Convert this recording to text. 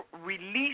release